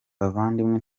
bavandimwe